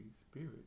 spirit